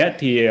thì